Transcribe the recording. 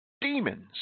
Demons